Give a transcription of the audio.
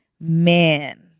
man